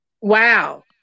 Wow